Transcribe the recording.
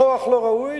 בכוח לא ראוי,